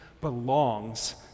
belongs